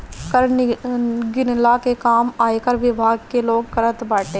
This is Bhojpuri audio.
कर गिनला ले काम आयकर विभाग के लोग करत बाटे